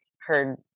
heard